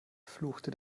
fluchte